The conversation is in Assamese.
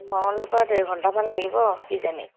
মংগলদৈৰ পৰা ডেৰ ঘন্টা মান লাগিব কিজানি